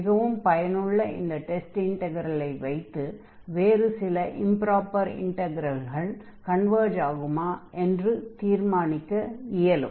மிகவும் பயனுள்ள இந்த டெஸ்ட் இன்டக்ரலை வைத்து வேறு சில இம்ப்ராப்பர் இன்டக்ரல்கள் கன்வர்ஜ் ஆகுமா என்று தீர்மானிக்க இயலும்